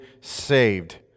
saved